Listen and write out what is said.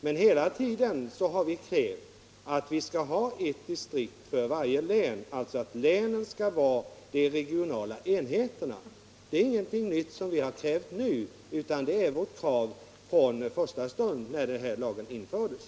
Men hela tiden har vi krävt att man skall ha ett distrikt för varje tän, att alltså länen skall vara de regionala enheterna. Det är ingenting nytt, utan det är vårt krav från första stund, när den här lagen infördes.